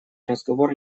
разговор